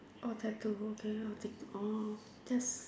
oh tattoo okay I will think orh that's